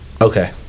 Okay